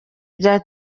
bya